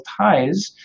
ties